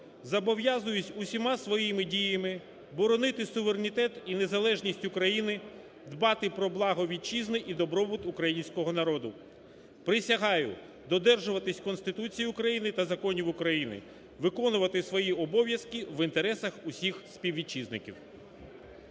Зобов'язуюсь усіма своїми діями боронити суверенітет і незалежність України, дбати про благо Вітчизни і добробут Українського народу. Присягаю додержуватись Конституції України та законів України, виконувати свої обов'язки в інтересах усіх співвітчизників.